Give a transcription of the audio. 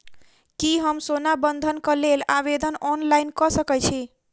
की हम सोना बंधन कऽ लेल आवेदन ऑनलाइन कऽ सकै छी?